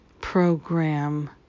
program